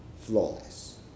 flawless